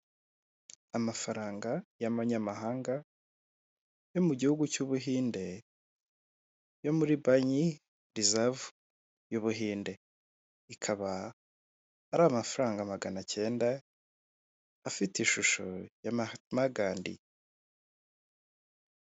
Amafaranga y'amanyamahanga yo mu gihugu cy'ubuhinde yo muri banki rizavu y'ubuhinde, ikaba ari amafaranga magana cyenda afite ishusho ya mahati magandi.